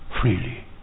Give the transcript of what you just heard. freely